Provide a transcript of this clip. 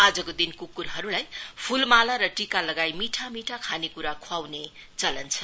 आजको दिन कुकुरहरुलाई फूलमाला र टीका लगाई मीठा मीठा खानेकुरा खुवाउने चलन छ